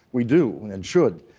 we do and should.